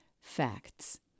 facts